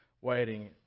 waiting